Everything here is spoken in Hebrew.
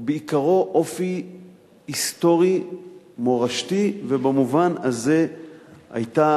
הוא בעיקרו אופי היסטורי-מורשתי, ובמובן הזה היתה